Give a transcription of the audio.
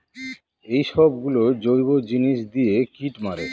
এইসব গুলো জৈব জিনিস দিয়ে কীট মারে